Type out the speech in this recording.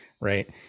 Right